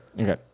Okay